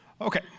Okay